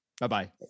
Bye-bye